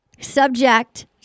subject